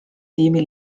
tiimi